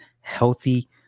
healthy